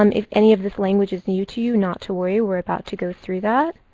um if any of this language is new to you, not to worry. we are about to go through that.